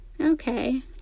Okay